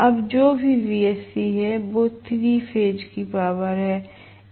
अब जो भी Wsc है वो 3 फेज की पॉवर है